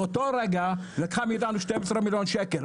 באותו רגע לקחה מאיתנו 12 מיליון שקל,